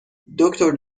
دکتر